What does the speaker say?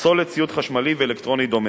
פסולת ציוד חשמלי ואלקטרוני דומה.